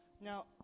now